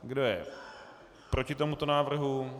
Kdo je proti tomuto návrhu?